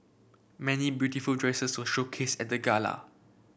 many beautiful dresses were showcased at the gala